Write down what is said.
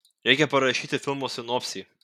reikia parašyti filmo sinopsį